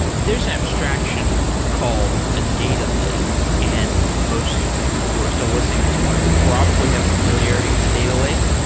there's an abstraction called a data lake, and most people who are still listening at this point probably have familiarity with a data lake.